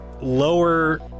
lower